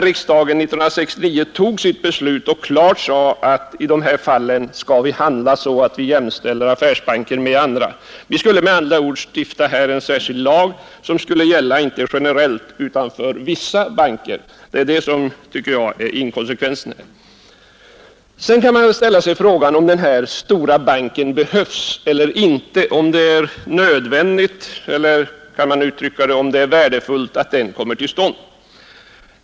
Riksdagen utsade klart genom sitt beslut 1969 att i sådana här fall skall vi jämställa affärsbankerna med andra bankinstitut. Vi skulle med andra ord stifta en särskild lag, som skulle gälla inte generellt utan för vissa banker. Däri ligger inkonsekvensen. Man kan ställa sig frågan om den här stora banken behövs, om det är nödvändigt eller värdefullt att den kommer till stånd.